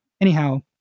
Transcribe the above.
anyhow